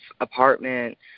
apartment